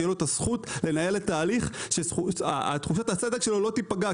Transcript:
שתהיה לו הזכות לנהל את ההליך שתחושת הצדק שלו לא תיפגע,